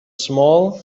small